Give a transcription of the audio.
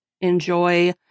enjoy